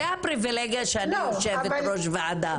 זה הפריבילגיה שאני יושבת ראש ועדה,